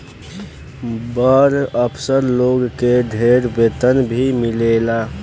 बड़ अफसर लोग के ढेर वेतन भी मिलेला